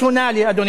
אדוני היושב-ראש.